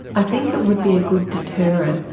i think it would be a good deterrent.